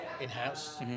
in-house